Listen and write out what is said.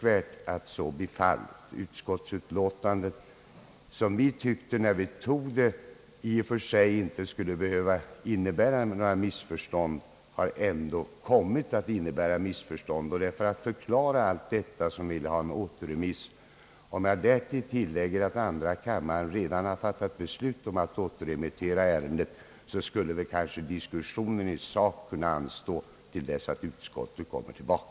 När vi ställde oss bakom utskottsutlåtandet tyckte vi att utlåtandet i och för sig inte skulle behöva föranleda några missförstånd, men utlåtandet har kommit att medföra missförstånd. Det är för att förklara allt detta som vi vill ha återremiss. Om jag därtill lägger att andra kammaren redan har fattat beslut om att återremittera ärendet, skulle kanske diskussionen i sak kunna anstå till dess utskottet återkommer.